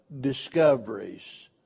discoveries